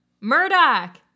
Murdoch